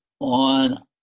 on